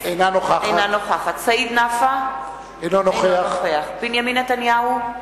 אינה נוכחת סעיד נפאע, אינו נוכח בנימין נתניהו,